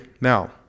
now